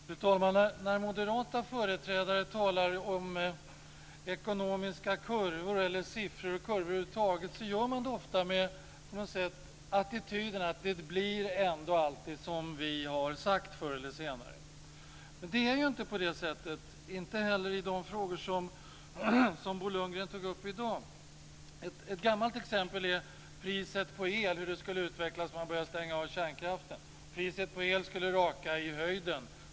Fru talman! När moderata företrädare talar om ekonomiska kurvor, eller siffror och kurvor över huvud taget, gör man det på något sätt ofta med attityden att det blir ändå alltid som vi har sagt förr eller senare. Men det är inte på det sättet, inte heller i de frågor som Bo Lundgren tog upp i dag. Ett gammalt exempel är priset på el och hur det skulle utvecklas om man började stänga av kärnkraften. Priset på el skulle raka i höjden.